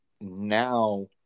now